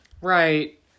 right